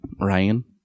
Ryan